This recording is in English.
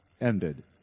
ended